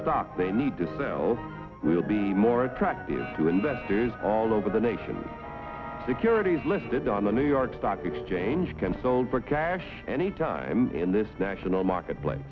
stock they need to sell will be more attractive to investors all over the nation securities listed on the new york stock exchange can sold for cash anytime in this national marketplace